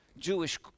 Jewish